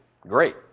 Great